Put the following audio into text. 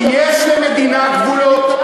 כי אם יש למדינה גבולות,